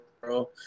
bro